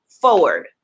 forward